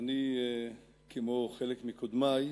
וכמו חלק מקודמי,